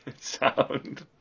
sound